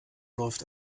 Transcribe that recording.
läuft